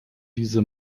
diese